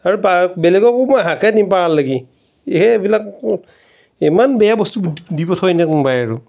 আৰু বেলেগকো মই হাকহে দিম পাৰালেগি এইবিলাক ইমান বেয়া বস্তু দি পঠিয়ায়নে কোনোবাই আৰু